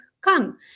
come